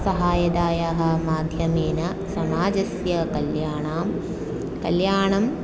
सहायतायाः माध्यमेन समाजस्य कल्याणं कल्याणम्